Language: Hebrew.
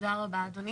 תודה רבה אדוני.